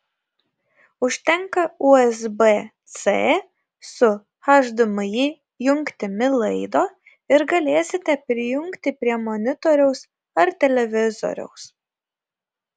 užtenka usb c su hdmi jungtimi laido ir galėsite prijungti prie monitoriaus ar televizoriaus